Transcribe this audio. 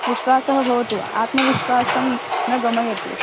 विश्वासः भवतु आत्मविश्वासं न गमयतु